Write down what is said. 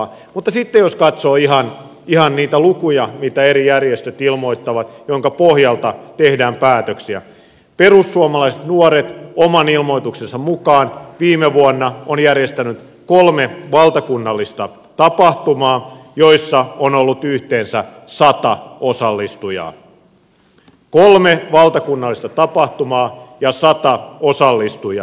mutta sitten jos katsoo ihan niitä lukuja mitä eri järjestöt ilmoittavat minkä pohjalta tehdään päätöksiä perussuomalaiset nuoret oman ilmoituksensa mukaan viime vuonna on järjestänyt kolme valtakunnallista tapahtumaa joissa on ollut yhteensä sata osallistujaa kolme valtakunnallista tapahtumaa ja sata osallistujaa